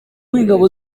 w’ingabo